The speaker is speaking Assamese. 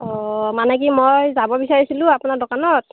অ' মানে কি মই যাব বিচাৰিছিলোঁ আপোনাৰ দোকানত